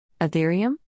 Ethereum